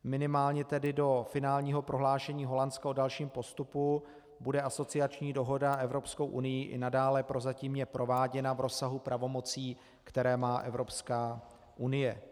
Minimálně do finálního prohlášení Holandska o dalšímu postupu bude asociační dohoda Evropskou unií i nadále prozatímně prováděna v rozsahu pravomocí, které má Evropská unie.